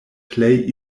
plej